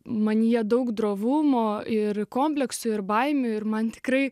manyje daug drovumo ir kompleksu ir baimių ir man tikrai